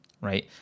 Right